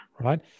right